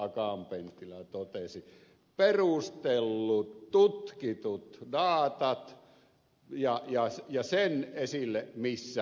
akaan penttilä totesi perustellut tutkitut datat ja sen esille missä mättää